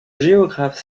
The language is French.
géographe